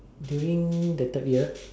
during the third year